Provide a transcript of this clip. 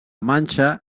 manxa